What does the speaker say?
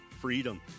freedom